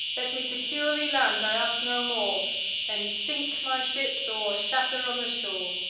let me securely land i ask no more then sink my ships, or shatter on the shore.